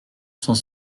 sans